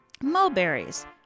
Mulberries